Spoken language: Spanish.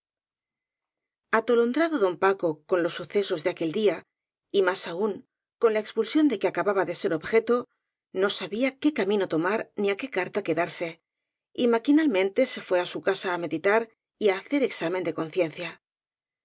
atolondrado don paco con los sucesos de aquel día y más aún con la expulsión de que acababa de ser objeto no sabía qué camino tomar ni á qué carta quedarse y maquinalmente se fué á su casa á meditar y á hacer examen de conciencia